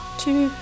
two